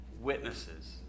witnesses